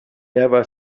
never